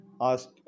asked